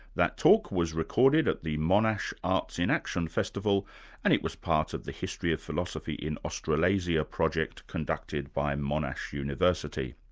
that talk was recorded at the monash arts in action festival and it was part of the history of philosophy in australasia project, conducted by monash university.